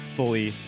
fully